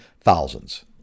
thousands